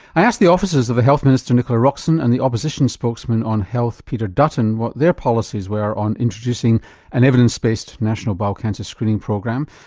i asked the offices of the health minister, nicola roxon and the opposition spokesman on health, peter dutton, what their policies were on introducing an evidence-based national bowel cancer screening program,